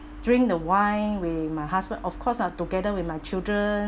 drink the wine with my husband of course lah together with my children